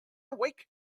awake